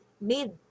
made